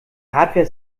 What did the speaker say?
hardware